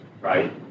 right